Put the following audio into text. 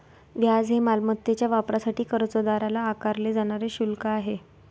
व्याज हे मालमत्तेच्या वापरासाठी कर्जदाराला आकारले जाणारे शुल्क आहे